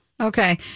Okay